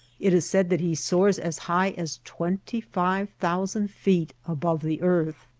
it is said that he soars as high as twentyfive thousand feet above the earth.